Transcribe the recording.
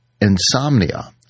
insomnia